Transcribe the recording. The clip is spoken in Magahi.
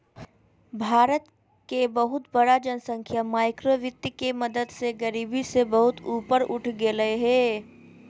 भारत के बहुत बड़ा जनसँख्या माइक्रो वितीय के मदद से गरिबी से बहुत ऊपर उठ गेलय हें